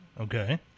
Okay